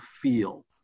feel